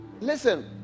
Listen